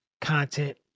content